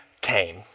came